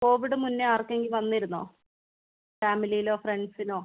Covid മുന്നേ ആർക്കെങ്കിലും വന്നിരുന്നോ ഫാമിലിയിലോ ഫ്രണ്ട്സിനോ